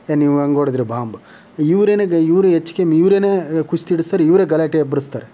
ಏನು ಇವು ಹಂಗೆ ಹೊಡದ್ರೆ ಬಾಂಬ್ ಇವ್ರು ಏನಗೆ ಇವ್ರು ಹೆಚ್ಕಿ ಇವ್ರನ್ನೇ ಕುಸ್ತಿ ಹಿಡಸ್ತಾರೆ ಇವ್ರೆ ಗಲಾಟೆ ಎಬ್ಬಿಸ್ತಾರೆ